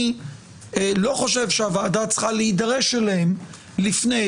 אני לא חושב שהוועדה צריכה להידרש אליהם לפני